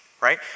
Right